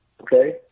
okay